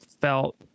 felt